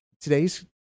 today's